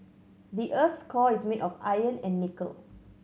the earth's core is made of iron and nickel